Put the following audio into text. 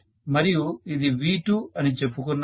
మరియు ఇది V2 అని చెప్పుకున్నాము